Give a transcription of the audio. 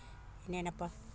ಇನ್ನೆನಪ್ಪಾ